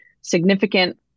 significant